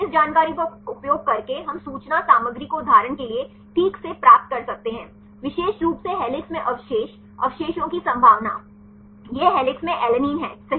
इस जानकारी का उपयोग करके हम सूचना सामग्री को उदाहरण के लिए ठीक से प्राप्त कर सकते हैं विशेष रूप से हेलिक्स में अवशेष अवशेषों की संभावना यह हेलिक्स में एलैनिन है सही